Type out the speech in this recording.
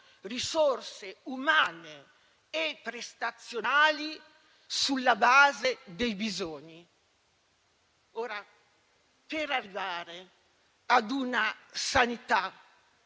risorse umane e prestazionali sulla base dei bisogni. Ora, per arrivare a una sanità